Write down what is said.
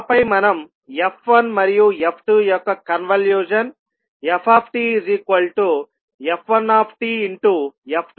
ఆపై మనం f1 మరియు f2 యొక్క కన్వల్యూషన్ ftf1tf2t